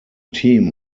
team